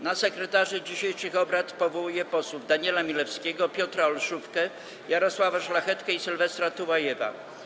Na sekretarzy dzisiejszych obrad powołuję posłów Daniela Milewskiego, Piotra Olszówkę, Jarosława Szlachetkę i Sylwestra Tułajewa.